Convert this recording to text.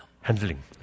handling